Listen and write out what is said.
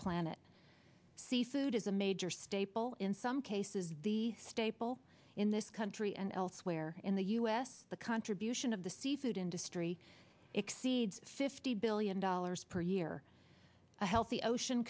planet seafood is a major staple in some cases the staple in this country and elsewhere in the u s the contribution of the seafood industry exceeds fifty billion dollars per year a healthy ocean